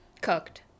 cooked